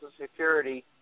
Security